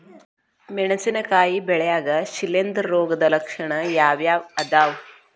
ಮೆಣಸಿನಕಾಯಿ ಬೆಳ್ಯಾಗ್ ಶಿಲೇಂಧ್ರ ರೋಗದ ಲಕ್ಷಣ ಯಾವ್ಯಾವ್ ಅದಾವ್?